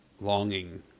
longing